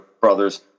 brother's